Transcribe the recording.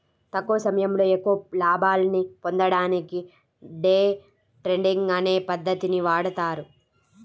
తక్కువ సమయంలో ఎక్కువ లాభాల్ని పొందడానికి డే ట్రేడింగ్ అనే పద్ధతిని వాడతారు